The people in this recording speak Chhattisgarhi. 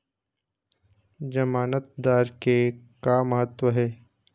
जमानतदार के का महत्व हे?